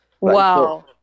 Wow